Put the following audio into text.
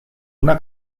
una